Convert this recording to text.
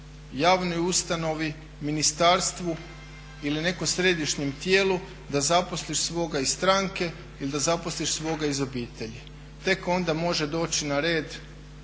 javnoj ustanovi, ministarstvu ili nekom središnjem tijelu da zaposlih svoga iz stranke ili da zaposlih svoga iz obitelji. Tek onda može doći na red